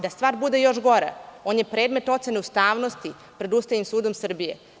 Da stvar bude još gora on je predmet ocene ustavnosti pred Ustavnim sudom Srbije.